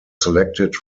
selected